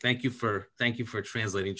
thank you for thank you for translating